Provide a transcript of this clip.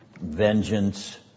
Vengeance